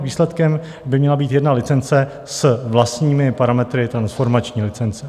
Výsledkem by měla být jedna licence s vlastními parametry transformační licence.